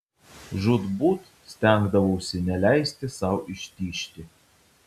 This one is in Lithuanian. žūtbūt stengdavausi neleisti sau ištižti